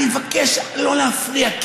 אני מבקש לא להפריע.